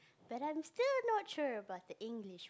but I'm still not sure about the English